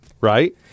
right